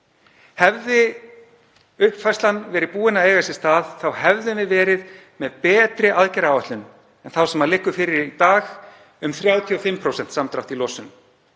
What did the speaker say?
hefði uppfærslan verið búin að eiga sér stað, hefðum við verið með betri aðgerðaáætlun en þá sem liggur fyrir í dag um 35% samdrátt í losun